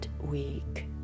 week